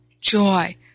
joy